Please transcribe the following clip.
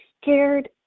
scared